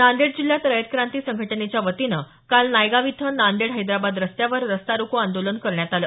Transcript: नांदेड जिल्ह्यात रयत क्रांती संघटनेच्या वतीनं काल नायगाव इथं नांदेड हैदराबाद रस्त्यावर रस्ता रोको आंदोलन करण्यात आलं